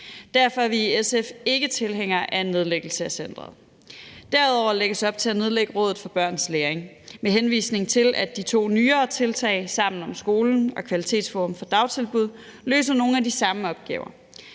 Derfor er vi i SF ikke tilhængere af nedlæggelse af centeret. Derudover lægges der op til at nedlægge Rådet for Børns Læring, med henvisning til at de to nyere tiltag Sammen om Skolen og Kvalitetsforum for Dagtilbud løser nogle af de samme opgaver.